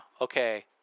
okay